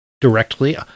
directly